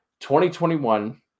2021